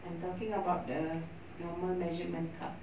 I'm talking about the normal measurement cup